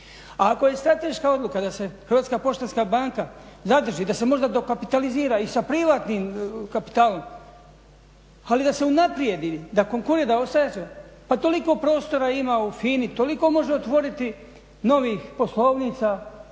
A ako je strateška odluka da se HPB zadrži i da se možda dokapitalizira i sa privatnim kapitalom ali da se unaprijedi, da konkurira, pa toliko prostora ima u FINA-i, toliko može otvoriti novih poslovnica